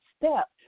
step